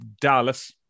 Dallas